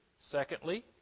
Secondly